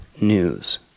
news